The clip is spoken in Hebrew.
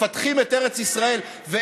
מפתחים את ארץ ישראל, חיליק.